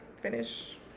finish